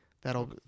that'll